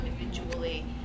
individually